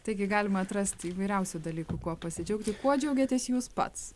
taigi galima atrasti įvairiausių dalykų kuo pasidžiaugti kuo džiaugiatės jūs pats